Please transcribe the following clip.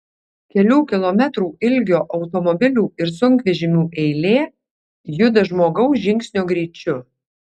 kelių kilometrų ilgio automobilių ir sunkvežimių eilė juda žmogaus žingsnio greičiu